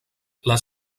les